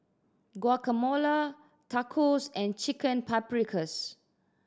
Guacamole Tacos and Chicken Paprikas